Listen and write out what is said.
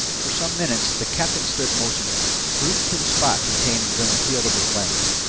for some minutes the captain stood motionless, rooted to the spot contained within the field of his lens.